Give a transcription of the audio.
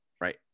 right